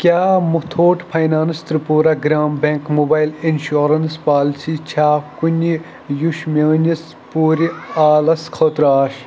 کیٛاہ Muthoot finance Tripura Gram bank mobile insurance policy چھا کُنہِ یُش میٲنِس پوٗرٕ عالس خٲطراش